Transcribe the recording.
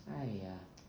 !haiya!